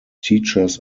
teachers